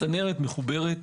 הצנרת מחוברת,